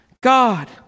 God